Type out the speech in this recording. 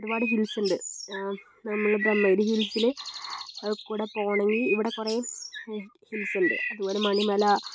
ഒരുപാട് ഹിൽസുണ്ട് നമ്മൾ ബ്രഹ്മഗിരി ഹിൽസിൽ കൂടി പോകണമെങ്കിൽ ഇവിടെ കുറേ ഹിൽസുണ്ട് അതുപോലെ മണിമല